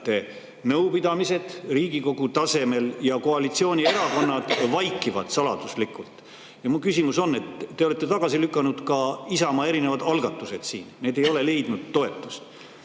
nõupidamised Riigikogu tasemel, ja koalitsioonierakonnad vaikivad saladuslikult. Mu küsimus on – te olete siin tagasi lükanud ka Isamaa erinevad algatused, need ei ole leidnud toetust